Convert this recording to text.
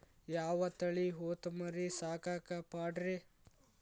ಯಾವ ತಳಿ ಹೊತಮರಿ ಸಾಕಾಕ ಪಾಡ್ರೇ?